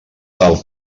tal